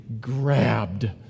grabbed